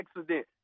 accident